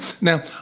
Now